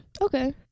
okay